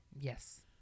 Yes